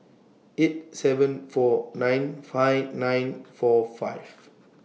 eight seven four nine five nine four five